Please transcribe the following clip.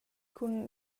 cun